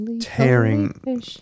Tearing